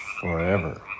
forever